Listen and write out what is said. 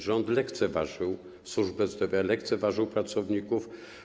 Rząd lekceważył służbę zdrowia, lekceważył pracowników.